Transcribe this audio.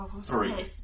Three